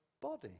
body